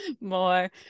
more